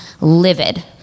livid